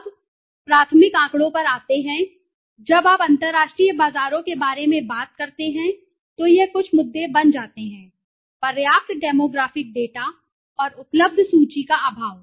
अब प्राथमिक आंकड़ों पर आते हुए जब आप अंतर्राष्ट्रीय बाजारों के बारे में बात करते हैं तो यह कुछ मुद्दे बन जाते हैं पर्याप्त डेमोग्राफिक डेटा और उपलब्ध सूची का अभाव